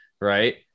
right